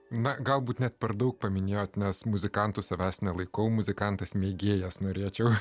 na galbūt net per daug paminėjote nes muzikantu savęs nelaikau muzikantas mėgėjas norėčiau